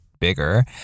bigger